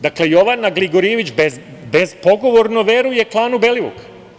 Dakle, Jovana Gligorijević bespogovorno veruje klanu Belivuk.